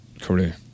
career